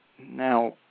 Now